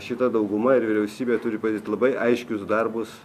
šita dauguma ir vyriausybė turi payt labai aiškius darbus